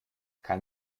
kann